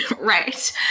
Right